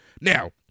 Now